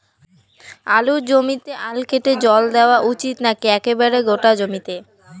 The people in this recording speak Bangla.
আলুর জমিতে আল কেটে জল দেওয়া উচিৎ নাকি একেবারে গোটা জমিতে?